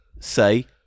Say